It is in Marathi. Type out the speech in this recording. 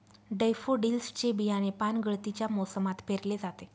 डैफोडिल्स चे बियाणे पानगळतीच्या मोसमात पेरले जाते